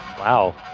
Wow